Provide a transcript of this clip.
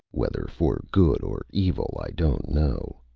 whether for good or evil, i don't know.